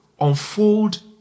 unfold